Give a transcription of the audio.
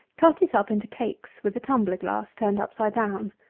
cut it up into cakes with a tumbler glass turned upside down,